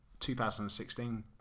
2016